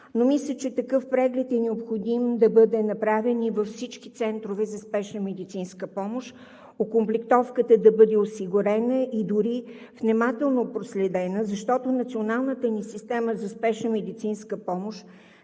Мисля, че такъв преглед е необходимо да бъде направен и във всички центрове за спешна медицинска помощ, окомплектовката да бъде осигурена и дори внимателно проследена, защото Националната ни система за спешна медицинска помощ